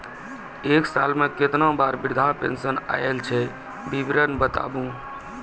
एक साल मे केतना बार वृद्धा पेंशन आयल छै विवरन बताबू?